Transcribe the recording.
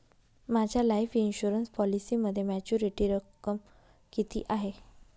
माझ्या life insurance पॉलिसीमध्ये maturity रक्कम किती आहे?